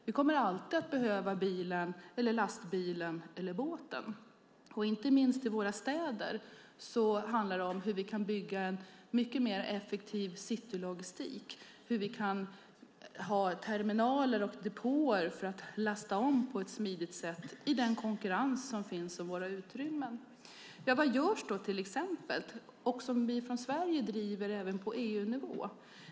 Vi kommer alltid att behöva bilen, lastbilen eller båten. Inte minst i våra städer handlar det om hur vi kan bygga en mycket mer effektiv citylogistik, hur vi kan ha terminaler och depåer för att lasta om på ett smidigt sätt i den konkurrens om våra utrymmen som finns. Vad görs då exempelvis från Sverige som drivs även på EU-nivå?